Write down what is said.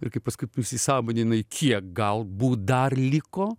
ir kaip paskui įsisąmoninai kiek galbūt dar liko